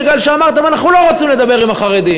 בגלל שאמרתם: אנחנו לא רוצים לדבר עם החרדים,